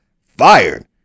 fired